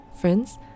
Friends